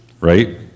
right